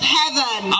heaven